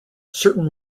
certain